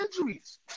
injuries